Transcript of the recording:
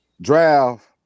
draft